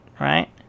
right